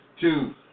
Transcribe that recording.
two